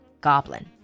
goblin